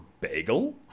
bagel